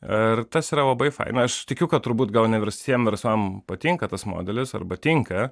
ir tas yra labai faina aš tikiu kad turbūt gan ne visiem verslam patinka tas modelis arba tinka